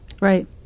Right